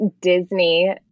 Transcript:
Disney